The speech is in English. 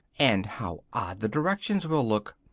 and how odd the directions will look!